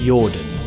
Jordan